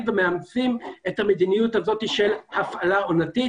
ומאמצים את המדיניות הזאת של הפעלה עונתית,